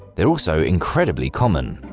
they're also incredibly common.